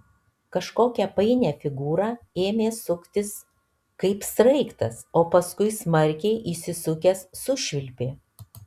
kažkokią painią figūrą ėmė suktis kaip sraigtas o paskui smarkiai įsisukęs sušvilpė